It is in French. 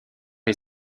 est